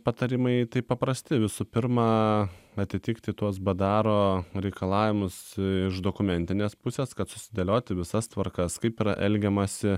patarimai tai paprasti visų pirma atitikti tuos badaro reikalavimus iš dokumentinės pusės kad susidėlioti visas tvarkas kaip yra elgiamasi